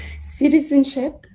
Citizenship